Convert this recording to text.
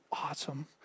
awesome